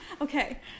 okay